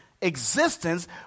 existence